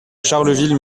charleville